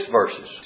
verses